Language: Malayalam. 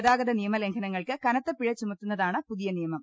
ഗതാഗത നിയമലംഘനങ്ങൾക്ക് കനത്ത പിഴ ചുമത്തുന്നതാണ് പുതിയ നിയമം